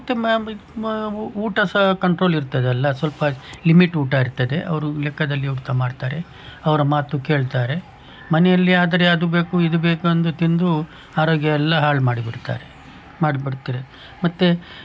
ಮತ್ತೆ ಮ ಊಟ ಸಹ ಕಂಟ್ರೋಲ್ ಇರ್ತದಲ್ಲ ಸ್ವಲ್ಪ ಲಿಮಿಟ್ ಊಟ ಇರ್ತದೆ ಅವರು ಲೆಕ್ಕದಲ್ಲಿ ಊಟ ಮಾಡ್ತಾರೆ ಅವರ ಮಾತು ಕೇಳ್ತಾರೆ ಮನೆಯಲ್ಲಿ ಆದರೆ ಅದು ಬೇಕು ಇದು ಬೇಕೆಂದು ತಿಂದು ಆರೋಗ್ಯ ಎಲ್ಲ ಹಾಳು ಮಾಡಿ ಬಿಡ್ತಾರೆ ಮಾಡಿಬಿಡ್ತಾರೆ ಮತ್ತೆ